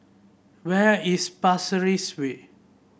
where is Pasir Ris Way